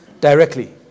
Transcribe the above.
directly